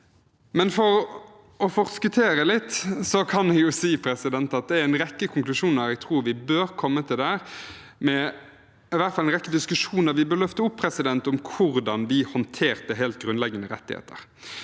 men for å forskuttere litt kan jeg si at det er en rekke konklusjoner jeg tror vi bør komme til der – i hvert fall en rekke diskusjoner vi bør løfte fram om hvordan vi håndterte helt grunnleggende rettigheter.